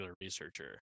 researcher